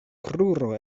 kruro